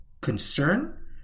concern